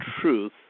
truth